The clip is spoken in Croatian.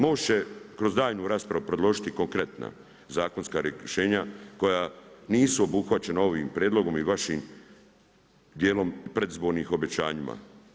MOST će kroz daljnju raspravu predložiti konkretna zakonska rješenja koja nisu obuhvaćena ovim prijedlogom i vašim djelom predizbornih obećanjima.